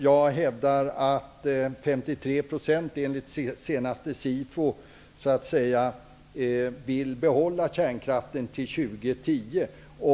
Jag hävdar att 53 %, enligt senaste 2010.